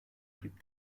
blieb